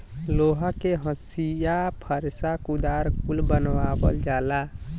लोहा के हंसिआ फर्सा कुदार कुल बनावल जाला